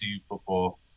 football